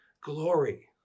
glory